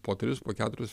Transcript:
po tris po keturis